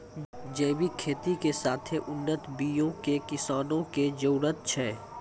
जैविक खेती के साथे उन्नत बीयो के किसानो के जरुरत छै